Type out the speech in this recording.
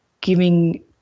giving